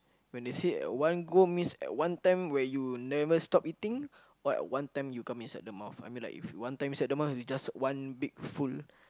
when they say at one go means at one time where you never stop eating or like one time you come inside the mouth I mean like if one time inside the mouth it just one big full